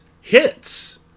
hits